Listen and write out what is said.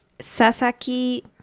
Sasaki